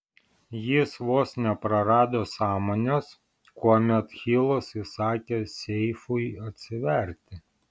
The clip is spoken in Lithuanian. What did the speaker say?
jis vos neprarado sąmonės kuomet hilas įsakė seifui atsiverti